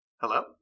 Hello